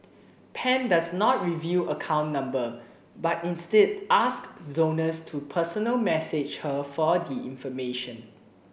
pan does not reveal account number but instead ask donors to personal message her for the information